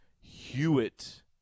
Hewitt